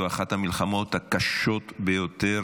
שהייתה אחת המלחמות הקשות ביותר